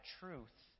truth